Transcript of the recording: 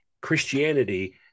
christianity